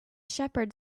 shepherd